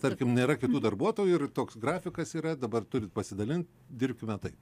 tarkim nėra kitų darbuotojų ir toks grafikas yra dabar turit pasidalint dirbkime taip